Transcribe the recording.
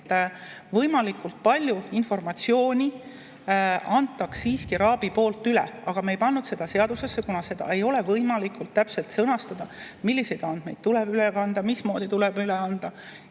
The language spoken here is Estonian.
et võimalikult palju informatsiooni antaks RAB-i poolt üle. Aga me ei pannud seda seadusesse, kuna seda ei ole võimalikult täpselt sõnastada, milliseid andmeid tuleb üle kanda, mismoodi tuleb üle kanda.